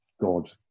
God